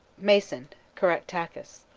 mason caractacus.